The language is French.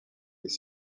les